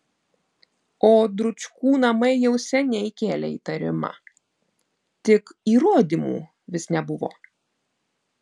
o dručkų namai jau seniai kėlė įtarimą tik įrodymų vis nebuvo